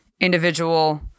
individual